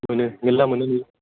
मोनो मेल्ला मोनोनो